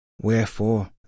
Wherefore